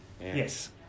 Yes